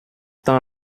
tant